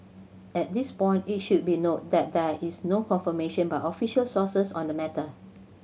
at this point it should be noted that there is no confirmation by official sources on the matter